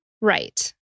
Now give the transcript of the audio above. Right